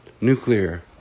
nuclear